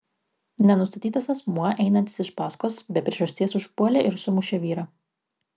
nenustatytas asmuo einantis iš paskos be priežasties užpuolė ir sumušė vyrą